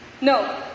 No